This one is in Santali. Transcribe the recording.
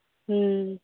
ᱦᱮᱸ